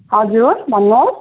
हजुर भन्नु होस्